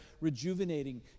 rejuvenating